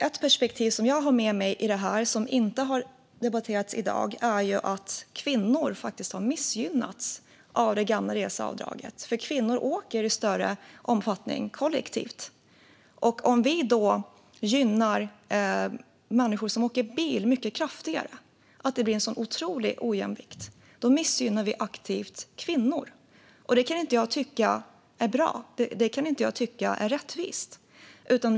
Ett perspektiv som jag har med mig men som inte har debatterats i dag är att kvinnor har missgynnats av det gamla reseavdraget. Kvinnor åker i större omfattning kollektivt. Om vi då gynnar människor som åker bil mycket kraftigare, så att det blir en otrolig ojämvikt, missgynnar vi aktivt kvinnor. Det kan inte jag tycka är bra eller rättvist.